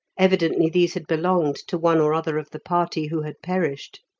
evidently these had belonged to one or other of the party who had perished.